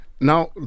Now